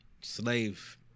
slave